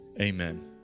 amen